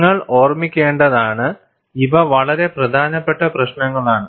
നിങ്ങൾ ഓർമ്മിക്കേണ്ടതാണ് ഇവ വളരെ പ്രധാനപ്പെട്ട പ്രശ്നങ്ങളാണ്